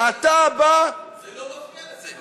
זה לא מפריע לזה.